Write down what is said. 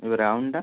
brown ଟା